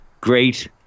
great